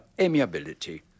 amiability